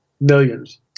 Millions